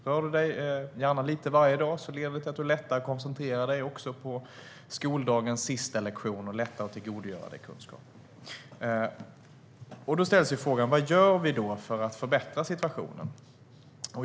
Rör du dig, gärna lite varje dag, leder det till att du lättare koncentrerar dig också på skoldagens sista lektion och lättare tillgodogör dig kunskapen. Då ställs frågan: Vad gör vi för att förbättra situationen?